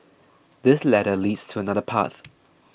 this ladder leads to another path